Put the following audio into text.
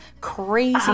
crazy